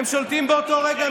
הם שולטים באותו רגע.